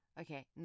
okay